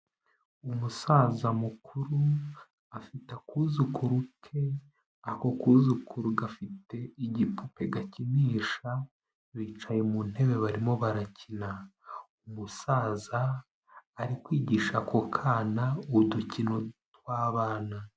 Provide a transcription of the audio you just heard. Umusaza mukuru afite akuzukuru ke, ako kuzukuru gafite igipupe gakinisha, bicaye mu ntebe barimo barakina, umusaza ari kwigisha ako kana udukino tw'abana.